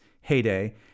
heyday